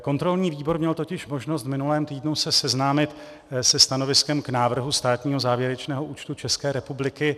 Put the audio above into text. Kontrolní výbor měl totiž možnost v minulém týdnu se seznámit se stanoviskem k návrhu státního závěrečného účtu České republiky.